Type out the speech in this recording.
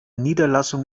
niederlassung